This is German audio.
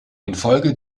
infolge